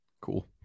Cool